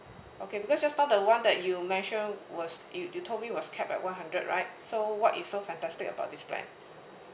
okay because just now the one that you mention was you you told me was capped at one hundred right so what is so fantastic about this plan